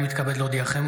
אני מתכבד להודיעכם,